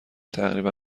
تقریبا